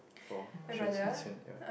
for Xue-Zhi-Qian ya